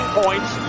points